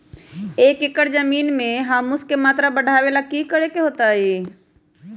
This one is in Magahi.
एक एकड़ जमीन में ह्यूमस के मात्रा बढ़ावे ला की करे के होतई?